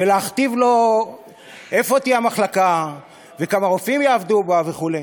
ולהכתיב לו איפה תהיה המחלקה וכמה רופאים יעבדו בה וכו'.